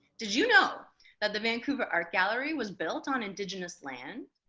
did you know that the vancouver art gallery was built on indigenous land?